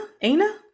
aina